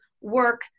work